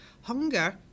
Hunger